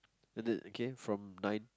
and the okay from nine